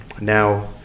Now